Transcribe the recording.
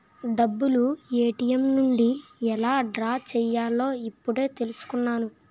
డబ్బులు ఏ.టి.ఎం నుండి ఎలా డ్రా చెయ్యాలో ఇప్పుడే తెలుసుకున్నాను